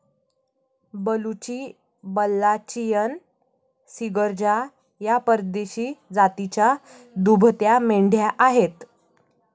बलुची, बल्लाचियन, सिर्गजा या परदेशी जातीच्या दुभत्या मेंढ्या आहेत